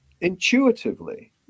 intuitively